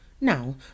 Now